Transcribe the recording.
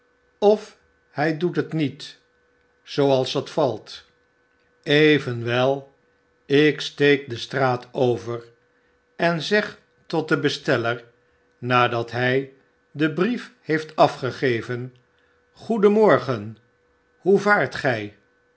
of ij doet het niet zooals dat valt evenwel ik steek de straat over en zeg tot den besteller nadat hfl den brief heeft afgegeven goedenmorgen hoe vaart gij